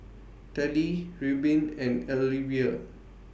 Tallie Reubin and Alyvia